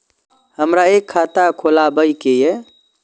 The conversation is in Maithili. हमरा एक खाता खोलाबई के ये?